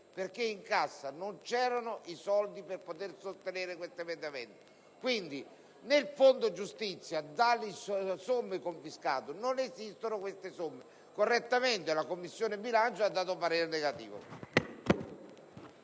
perché in cassa non c'erano i soldi per poter sostenere quella proposta. Quindi, nel fondo giustizia, tra le somme confiscate non esistono queste cifre; per cui correttamente la Commissione bilancio ha dato parere contrario.